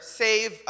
save